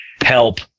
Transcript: Help